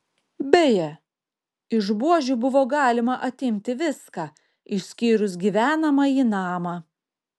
beje iš buožių buvo galima atimti viską išskyrus gyvenamąjį namą